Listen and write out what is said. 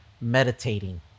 meditating